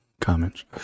comments